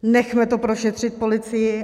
Nechme to prošetřit policii.